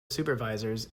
supervisors